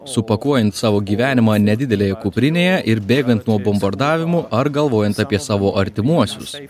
supakuojant savo gyvenimą nedidelėje kuprinėje ir bėgant nuo bombardavimų ar galvojant apie savo artimuosius